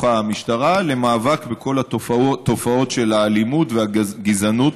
המשטרה למאבק בכל התופעות של האלימות והגזענות